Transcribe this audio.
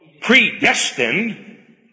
predestined